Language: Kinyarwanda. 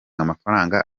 amafaranga